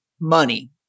money